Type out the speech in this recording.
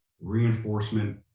reinforcement